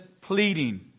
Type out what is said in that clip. pleading